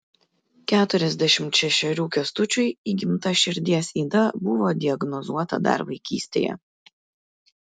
keturiasdešimt šešerių kęstučiui įgimta širdies yda buvo diagnozuota dar vaikystėje